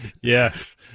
Yes